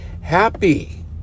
Happy